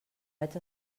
vaig